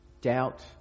Doubt